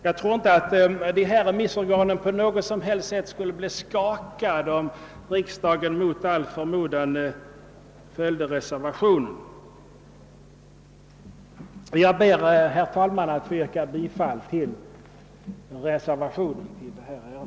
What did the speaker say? Jag tror inte att dessa remissorgan på något sätt skulle bli skakade om riksdagen mot all förmodan följde reservationen. Jag ber, herr talman, att få yrka bifall till reservationen.